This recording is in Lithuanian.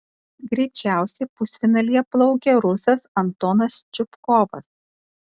greičiausiai pusfinalyje plaukė rusas antonas čupkovas